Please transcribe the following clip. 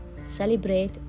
celebrate